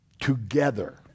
together